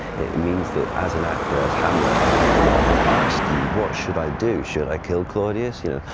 it means that as an actor, as hamlet i can come out and ask you, what should i do? should i kill claudius, you know,